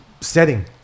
setting